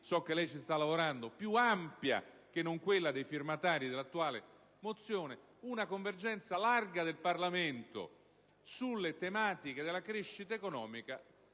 Azzollini ci sta lavorando - più ampia che non quella dei firmatari dell'attuale mozione: una convergenza larga del Parlamento sulle tematiche della crescita economica.